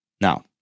Now